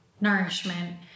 nourishment